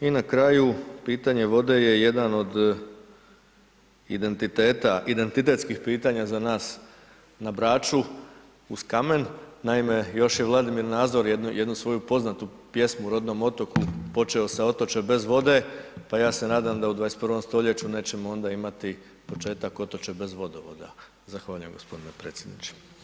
I na kraju pitanje vode je jedan od identiteta, identitetskih pitanja za nas na Braču uz kamen, naime još je Vladimir Nazor jednu svoju poznatu pjesmu o rodnom otoku počeo sa „Otoče bez vode“, pa ja se nadam da u 21. st. nećemo onda imati početak „Otoče bez vodovoda“, zahvaljujem g. potpredsjedniče.